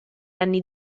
anni